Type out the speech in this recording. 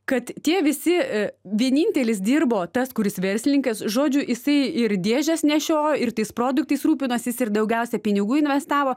kad tie visi vienintelis dirbo tas kuris verslininkas žodžių jisai ir dėžes nešioj ir tais produktais rūpinosijis ir daugiausia pinigų investavo